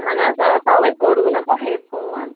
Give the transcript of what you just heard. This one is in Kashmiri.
اَہَن حظ آ تَوَے کوٚروٕ نہ تۄہے فون